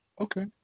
Okay